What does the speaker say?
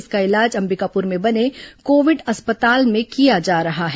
इसका इलाज अंबिकापुर में बने कोविड अस्पताल में किया जा रहा है